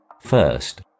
First